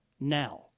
now